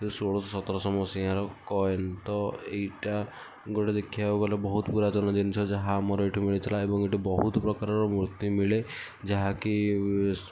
ଷୋଳଶହ ସତରଶହ ମସିହାର କଏନ୍ ତ ଏଇଟା ଗୋଟେ ଦେଖିବାକୁ ଗଲେ ବହୁତ ପୁରାତନ ଜିନିଷ ଯାହା ଆମର ଏଇଠୁ ମିଳିଥିଲା ଏବଂ ଏଠି ବହୁତ ପ୍ରକାରର ମୂର୍ତ୍ତି ମିଳେ ଯାହାକି